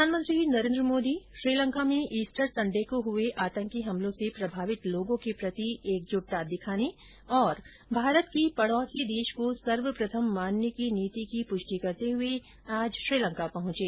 प्रधानमंत्री नरेन्द्र मोदी श्रीलंका में Easter Sunday को हुए आतंकी हमलों से प्रभावित लोगों के प्रति एकजुटता दिखाने और भारत की पड़ोसी देश को सर्वप्रथम मानने की नीति की पुष्टि करते हुए आज श्रीलंका पहुंचे